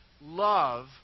love